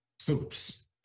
soups